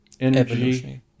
Energy